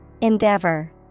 Endeavor